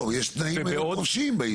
יש תנאים חופשיים היום בעניין הזה.